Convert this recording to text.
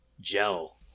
gel